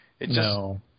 No